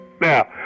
now